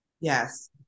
Yes